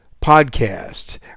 Podcast